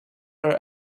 her